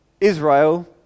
Israel